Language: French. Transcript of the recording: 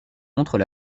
montrent